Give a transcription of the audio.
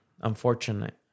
Unfortunate